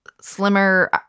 slimmer